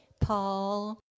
Paul